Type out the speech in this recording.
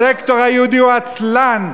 הסקטור היהודי הוא עצלן,